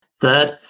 Third